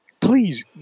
please